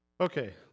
Okay